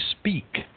speak